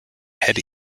head